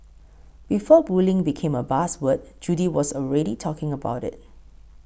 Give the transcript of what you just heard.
before bullying became a buzz word Judy was already talking about it